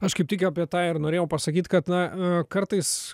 aš kaip tik apie tą ir norėjau pasakyt kad na kartais